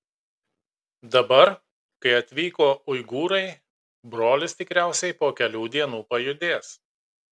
dabar kai atvyko uigūrai brolis tikriausiai po kelių dienų pajudės